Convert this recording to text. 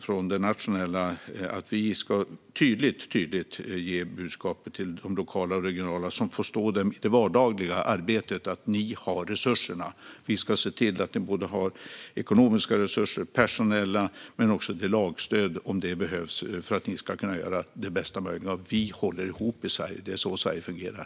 Från nationellt håll ska vi tydligt ge budskapet till den lokala och regionala nivån, som får stå där i det vardagliga arbetet, att ni har resurserna. Vi ska se till att ni både har ekonomiska och personella resurser men också det lagstöd som behövs för att ni ska kunna göra det bästa möjliga. Vi håller ihop i Sverige. Det är så Sverige fungerar.